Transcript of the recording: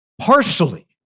partially